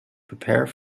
prepare